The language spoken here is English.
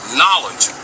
knowledge